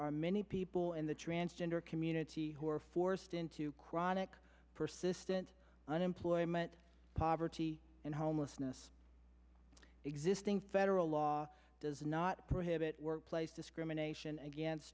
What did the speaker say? are many people in the transgender community who are forced into chronic persistent unemployment poverty and homelessness existing federal law does not prohibit workplace discrimination against